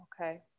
Okay